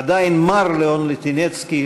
עדיין מר לאון ליטינצקי,